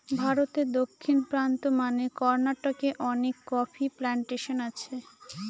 ভারতে দক্ষিণ প্রান্তে মানে কর্নাটকে অনেক কফি প্লানটেশন আছে